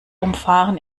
umfahren